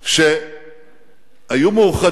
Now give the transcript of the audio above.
שהיו מאוחדים